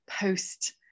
post